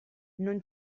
non